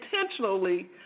intentionally